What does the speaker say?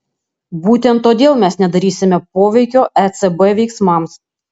būtent todėl mes nedarysime poveikio ecb veiksmams